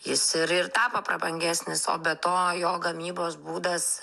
jis ir ir tapo prabangesnis o be to jo gamybos būdas